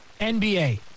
NBA